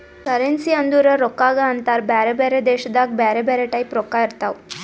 currency ಅಂದುರ್ ರೊಕ್ಕಾಗ ಅಂತಾರ್ ಬ್ಯಾರೆ ಬ್ಯಾರೆ ದೇಶದಾಗ್ ಬ್ಯಾರೆ ಬ್ಯಾರೆ ಟೈಪ್ ರೊಕ್ಕಾ ಇರ್ತಾವ್